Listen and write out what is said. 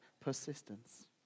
persistence